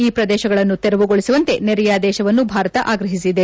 ಈ ಪ್ರದೇಶಗಳನ್ನು ತೆರವುಗೊಳಿಸುವಂತೆ ನೆರೆಯ ದೇಶವನ್ನು ಭಾರತ ಆಗ್ರಹಿಸಿದೆ